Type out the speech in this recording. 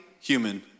human